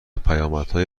پیامدهای